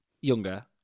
younger